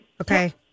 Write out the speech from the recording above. Okay